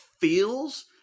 feels